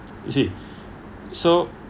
you see so